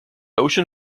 ocean